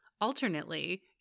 Alternately